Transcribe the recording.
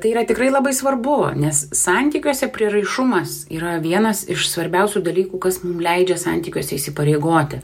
tai yra tikrai labai svarbu nes santykiuose prieraišumas yra vienas iš svarbiausių dalykų kas mum leidžia santykiuose įsipareigoti